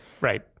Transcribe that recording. Right